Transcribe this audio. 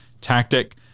tactic